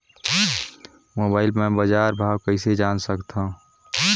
Mobile म बजार भाव कइसे जान सकथव?